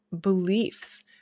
beliefs